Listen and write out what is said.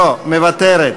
לא, מוותרת.